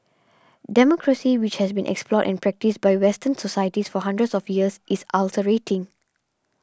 democracy which has been explored and practised by western societies for hundreds of years is ulcerating